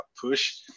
push